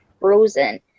frozen